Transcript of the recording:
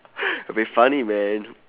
will be funny man